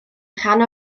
rhan